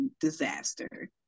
disaster